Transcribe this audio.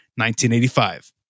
1985